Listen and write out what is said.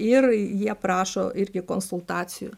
ir jie prašo irgi konsultacijų